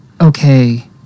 Okay